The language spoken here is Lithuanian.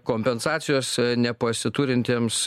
kompensacijos nepasiturintiems